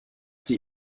sie